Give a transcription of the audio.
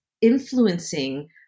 influencing